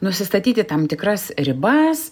nusistatyti tam tikras ribas